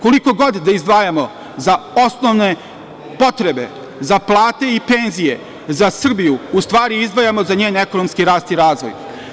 Koliko god da izdvajamo za osnovne potrebe, za plate i penzije, za Srbiju, u stvari izdvajamo za njen ekonomski rast i razvoj.